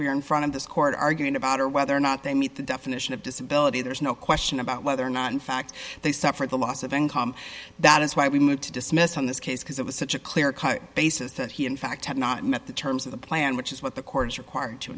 we are in front of this court arguing about whether or not they meet the definition of disability there's no question about whether or not in fact they suffered the loss of income that is why we moved to dismiss on this case because it was such a clear cut basis that he in fact had not met the terms of the plan which is what the court is required to